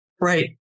Right